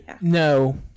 No